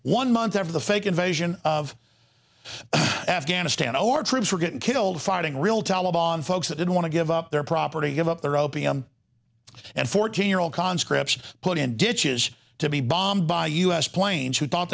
one month of the fake invasion of afghanistan or troops were getting killed fighting real taliban folks that didn't want to give up their property give up their opium and fourteen year old conscripts put in ditches to be bombed by us planes who thought